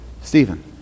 Stephen